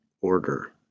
order